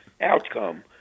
outcome